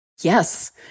Yes